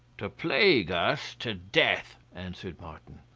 to plague us to death, answered martin.